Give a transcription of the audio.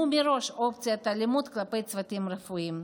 מראש אופציית אלימות כלפי צוותים רפואיים.